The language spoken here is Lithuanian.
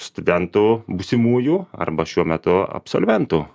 studentų būsimųjų arba šiuo metu apsolventų